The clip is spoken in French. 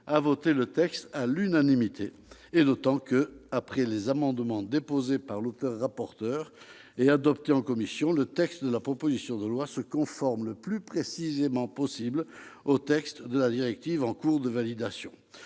a voté le texte à l'unanimité. Après les amendements déposés par l'auteur-rapporteur et adoptés en commission, le texte de la proposition de loi se conforme le plus précisément possible au texte de la directive en cours de validation